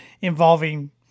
involving